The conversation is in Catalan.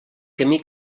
camí